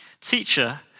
Teacher